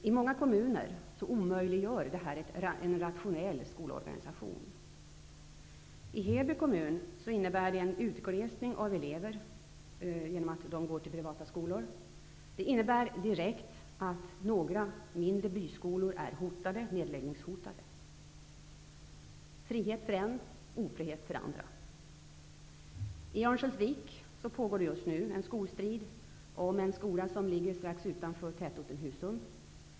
I många kommuner omöjliggörs härigenom en rationell skolorganisation. I Heby kommun blir det en utglesning av elever genom att elever går till privata skolor. Den direkta följden är att några mindre byskolor hotas av nedläggning. Frihet för en betyder ofrihet för andra. I Örnsköldsvik pågår just nu en strid om en skola som ligger strax utanför tätorten Husum.